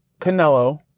Canelo